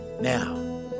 now